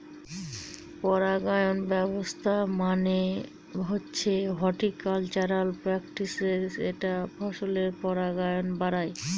পরাগায়ন ব্যবস্থা মানে হচ্ছে হর্টিকালচারাল প্র্যাকটিসের যেটা ফসলের পরাগায়ন বাড়ায়